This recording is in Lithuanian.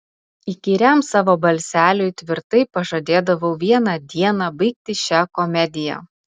įkyriam savo balseliui tvirtai pažadėdavau vieną dieną baigti šią komediją